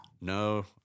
no